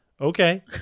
okay